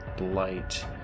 light